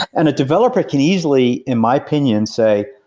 and a developer can easily in my opinion say,